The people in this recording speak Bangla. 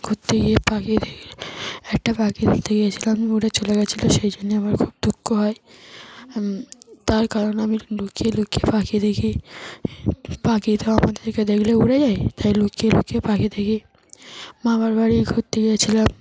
ঘুরতে গিয়ে পাখি দেখি একটা পাখি দেখতে গিয়েছিলাম উড়ে চলে গিয়েছিল সেই জন্যে আমার খুব দুঃখ হয় তার কারণে আমি লুকিয়ে লুকিয়ে পাখি দেখি পাখি তো আমাদেরকে দেখলে উড়ে যায় তাই লুকিয়ে লুকিয়ে পাখি দেখি মামার বাড়ি ঘুরতে গিয়েছিলাম